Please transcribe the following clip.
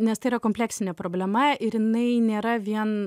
nes tai yra kompleksinė problema ir jinai nėra vien